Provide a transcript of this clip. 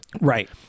right